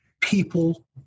people